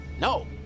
No